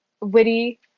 witty